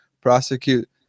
prosecute –